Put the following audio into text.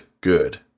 good